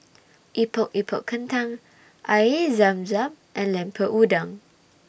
Epok Epok Kentang Air Zam Zam and Lemper Udang